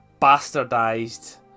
bastardized